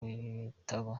bitabo